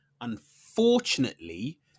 unfortunately